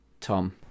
Tom